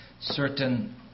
certain